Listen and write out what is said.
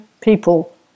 people